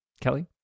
Kelly